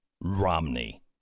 Romney